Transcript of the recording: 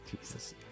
jesus